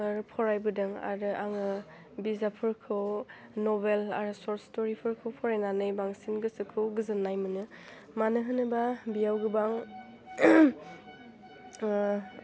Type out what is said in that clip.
फोर फरायबोदों आरो आङो बिजाबफोरखौ नबेल आरो सर्ट स्तरिफोरखौ फरायनानै बांसिन गोसोखौ गोजोनाय मोनो मानो होनोबा बेव गोबां ओह